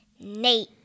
nate